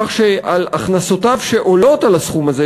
כך שעל הכנסותיו שעולות על הסכום הזה,